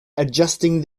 adjusting